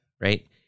right